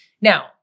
Now